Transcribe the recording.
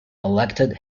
elected